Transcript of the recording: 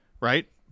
right